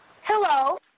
Hello